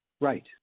Right